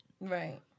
Right